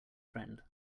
friend